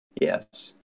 Yes